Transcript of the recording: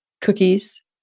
cookies